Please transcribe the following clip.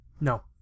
No